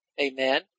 Amen